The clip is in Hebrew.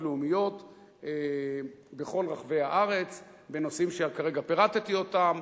לאומיות בכל רחבי הארץ בנושאים שכרגע פירטתי אותם.